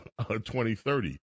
2030